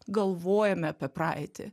galvojam apie praeitį